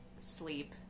sleep